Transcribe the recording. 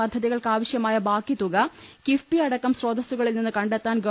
പദ്ധതികൾക്കാവശൃമായ ബാക്കി തുക കിഫ്ബി അടക്കം സ്രോതസ്സുകളിൽ നിന്ന് കണ്ടെത്താൻ ഗവ